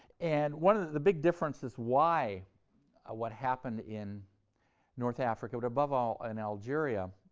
and one of the big differences why what happened in north africa, but above all in algeria,